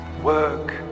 Work